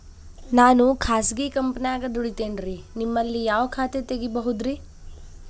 ನಾನು ಖಾಸಗಿ ಕಂಪನ್ಯಾಗ ದುಡಿತೇನ್ರಿ, ನಿಮ್ಮಲ್ಲಿ ಯಾವ ಖಾತೆ ತೆಗಿಬಹುದ್ರಿ?